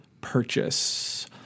purchase